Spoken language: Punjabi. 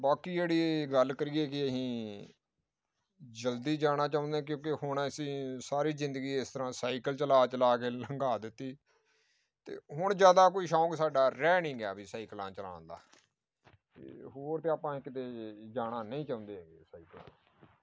ਬਾਕੀ ਜਿਹੜੀ ਗੱਲ ਕਰੀਏ ਕਿ ਅਸੀਂ ਜਲਦੀ ਜਾਣਾ ਚਾਹੁੰਦੇ ਕਿਉਂਕਿ ਹੁਣ ਅਸੀਂ ਸਾਰੀ ਜ਼ਿੰਦਗੀ ਇਸ ਤਰ੍ਹਾਂ ਸਾਈਕਲ ਚਲਾ ਚਲਾ ਕੇ ਲੰਘਾ ਦਿੱਤੀ ਅਤੇ ਹੁਣ ਜ਼ਿਆਦਾ ਕੋਈ ਸ਼ੌਕ ਸਾਡਾ ਰਹਿ ਨਹੀਂ ਗਿਆ ਵੀ ਸਾਇਕਲਾਂ ਚਲਾਉਣ ਦਾ ਅਤੇ ਹੋਰ ਤਾਂ ਆਪਾਂ ਕਿਤੇ ਜਾਣਾ ਨਹੀਂ ਚਾਹੁੰਦੇ ਹੈਗੇ ਸਾਈਕਲ